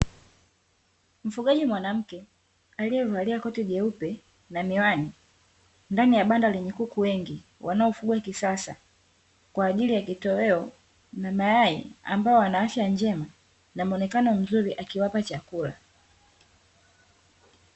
Mfugaji mwanamke, aliyevalia koti jeupe na miwani, ndani ya banda lenye kuku wengi, wanaofugwa kisasa, kwaajili ya kitoweo, na mayai ambao wana afya njema, na muonekano mzuri akiwapa chakula.